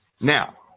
Now